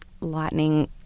lightning